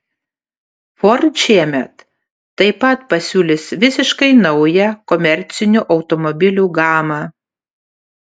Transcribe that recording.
ford šiemet taip pat pasiūlys visiškai naują komercinių automobilių gamą